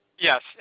Yes